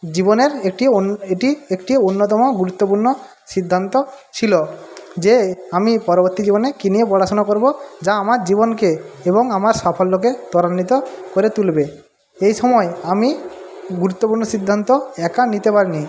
জীবনের একটি অন্য এটি একটি অন্যতম গুরুত্বপূর্ণ সিদ্ধান্ত ছিল যে আমি পরবর্তী জীবনে কী নিয়ে পড়াশোনা করব যা আমার জীবনকে এবং আমার সাফল্যকে ত্বরান্বিত করে তুলবে এইসময় আমি গুরুত্বপূর্ণ সিদ্ধান্ত একা নিতে পারিনি